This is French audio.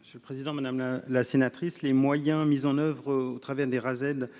Monsieur le président, madame la la sénatrice les moyens mis en oeuvre au travers des Rased,